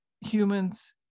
humans